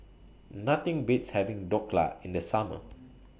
Nothing Beats having Dhokla in The Summer